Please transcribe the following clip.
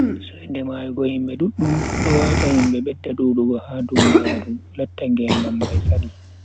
Soinde mayuugo himbe duddum do wata himbe bedda dudugo ha duniyaaru latta ngedam mai sadi.